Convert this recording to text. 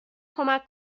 کمک